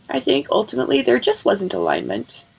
i think ultimately. there just wasn't alignment.